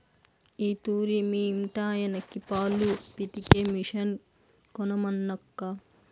ఈ తూరి మీ ఇంటాయనకి పాలు పితికే మిషన్ కొనమనక్కా